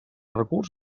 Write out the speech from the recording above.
recurs